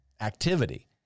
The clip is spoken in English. activity